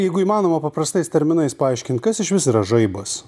jeigu įmanoma paprastais terminais paaiškint kas išvis yra žaibas